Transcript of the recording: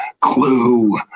clue